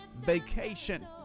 vacation